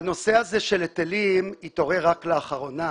הנושא הזה של היטלים התעורר רק לאחרונה,